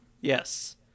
Yes